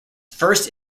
first